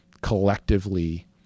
collectively